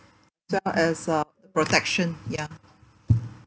as well as uh protection ya